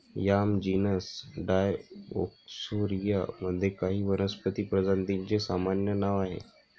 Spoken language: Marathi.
याम जीनस डायओस्कोरिया मध्ये काही वनस्पती प्रजातींचे सामान्य नाव आहे